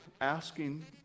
asking